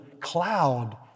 cloud